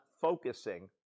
focusing